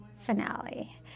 finale